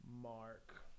Mark